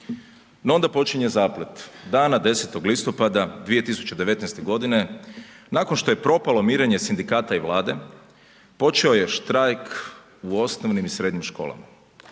onda počinje zaplet. Dana 10. listopada 2019. g. nakon što je propalo mirenje sindikata i Vlade, počeo je štrajk u osnovnim i srednjim školama.